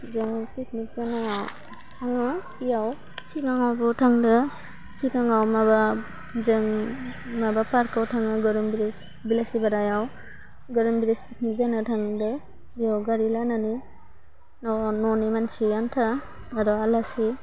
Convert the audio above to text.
जों पिगनिक जानायाव थाङो इयाव सिगाङावबो थांदो सिगाङाव माबा जों माबा पार्कआव थाङो गौरां ब्रिज बिलासिफारायाव गरां ब्रिज पिगनिक जाना थांदो बेयाव गारि लानानै न' न'नि मानसि आन्था आरो आलासि